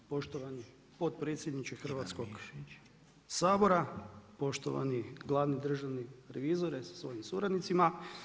Poštovani potpredsjedniče Hrvatskog sabora, poštovani glavni državni revizore sa svojim suradnicima.